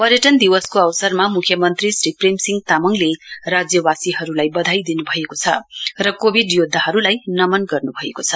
पर्यटन दिवसको अवसरमा मुख्यमन्त्री श्री प्रेमसिंह तामङले राज्यवासीहरूलाई बधाई दिनुभएको छ र कोविड योद्याहरूलाई नमन गर्नु भएको छ